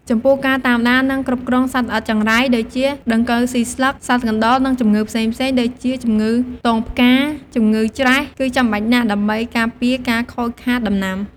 ចំពោះការតាមដាន និងគ្រប់គ្រងសត្វល្អិតចង្រៃ ដូចជា ដង្កូវស៊ីស្លឹក សត្វកណ្ដុរ និងជំងឺផ្សេងៗ ដូចជា ជម្ងឺទងផ្កា ជម្ងឺច្រែះ គឺចាំបាច់ណាស់ ដើម្បីការពារការខូចខាតដំណាំ។